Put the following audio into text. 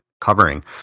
covering